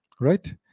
right